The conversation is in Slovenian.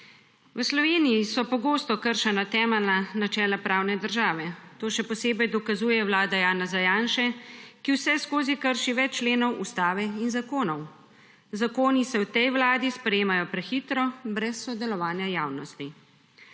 V Sloveniji so pogosto kršena temeljna načela pravne države. To še posebej dokazuje vlada Janeza Janše, ki vseskozi krši več členov ustave in zakonov. Zakoni se v tej vladi sprejemajo prehitro, brez sodelovanja javnosti.